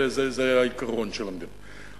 זה היה העיקרון של המדינה.